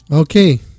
Okay